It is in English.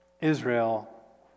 Israel